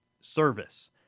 service